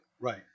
Right